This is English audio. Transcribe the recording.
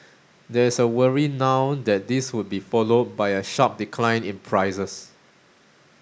there is a worry now that this would be followed by a sharp decline in prices